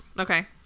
Okay